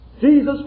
Jesus